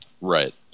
Right